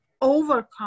overcome